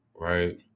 Right